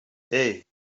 hey